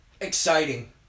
Exciting